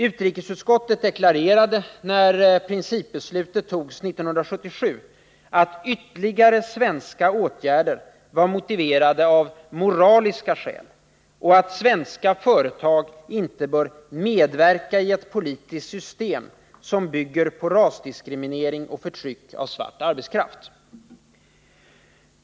Utrikesutskottet deklarerade — när principbeslutet togs 1977 — att ytterligare svenska åtgärder var motiverade av ”moraliska skäl” och att svenska företag inte bör ”medverka i ett politiskt system som bygger på rasdiskriminering och förtryck av svart arbetskraft”.